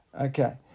Okay